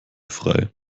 frei